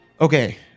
Okay